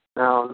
now